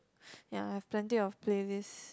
ya I have plenty of playlist